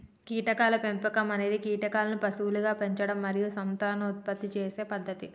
కీటకాల పెంపకం అనేది కీటకాలను పశువులుగా పెంచడం మరియు సంతానోత్పత్తి చేసే పద్ధతి